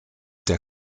der